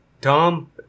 Tom